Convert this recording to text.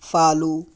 follow